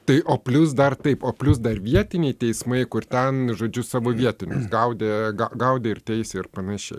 tai o plius dar taip o plius dar vietiniai teismai kur ten žodžiu savo vietinius gaudė gaudė ir teisė ir panašiai